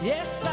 Yes